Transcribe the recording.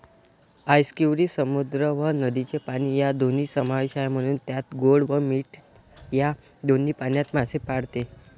आस्कियुरी समुद्र व नदीचे पाणी या दोन्ही समावेश आहे, म्हणून त्यात गोड व मीठ या दोन्ही पाण्यात मासे पाळते